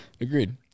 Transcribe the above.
Agreed